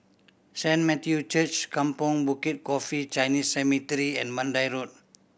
Saint Matthew Church Kampong Bukit Coffee Chinese Cemetery and Mandai Road